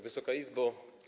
Wysoka Izbo!